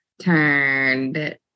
turned